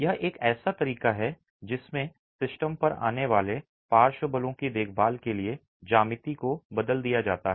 यह एक ऐसा तरीका है जिसमें सिस्टम पर आने वाले पार्श्व बलों की देखभाल के लिए ज्यामिति को बदल दिया जाता है